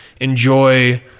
enjoy